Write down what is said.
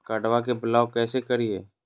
कार्डबा के ब्लॉक कैसे करिए?